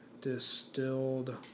distilled